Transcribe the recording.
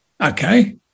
okay